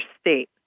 state